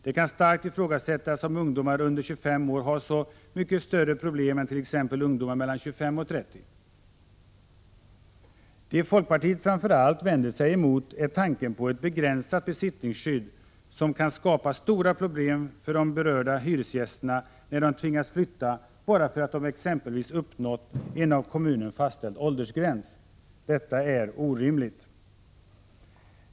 Det kan starkt ifrågasättas om ungdomar under 25 år har mycket större problem än t.ex. ungdomar mellan 25 och 30 år. Det folkpartiet framför allt vänder sig emot är tanken på ett begränsat besittningsskydd, som kan skapa stora problem för de berörda hyresgästerna, när de tvingas flytta bara för att de exempelvis uppnått en av kommunen fastställd åldersgräns. Detta är orimligt.